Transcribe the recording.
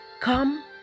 Come